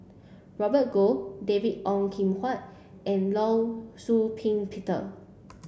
Robert Goh David Ong Kim Huat and Law Shau Ping Peter